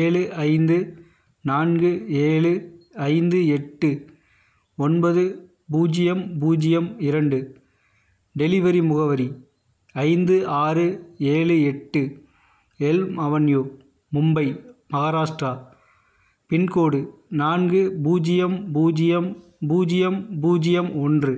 ஏழு ஐந்து நான்கு ஏழு ஐந்து எட்டு ஒன்பது பூஜ்ஜியம் பூஜ்ஜியம் இரண்டு டெலிவரி முகவரி ஐந்து ஆறு ஏழு எட்டு L avenue Mumbai Maharashtra pin code நான்கு பூஜ்யம் பூஜ்யம் பூஜ்யம் பூஜ்யம் ஒன்று